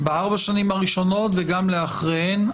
בארבע השנים הראשונות וגם לאחריהן,